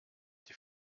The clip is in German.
die